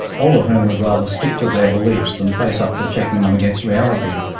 all of whom would rather stick to their beliefs than face up to checking them against reality.